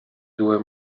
due